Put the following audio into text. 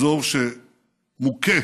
אזור שמוכה